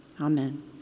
amen